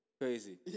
Crazy